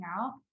out